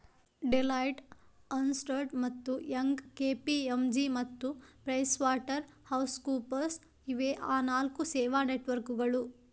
Deloitte, Ernst ಮತ್ತು Young, KPMG ಮತ್ತು PricewaterhouseCoopers ಇವೇ ಆ ನಾಲ್ಕು ಸೇವಾ ನೆಟ್ವರ್ಕ್ಕುಗಳು